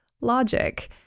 logic